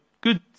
good